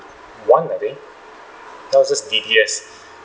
one I think now it's just D_B_S